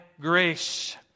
grace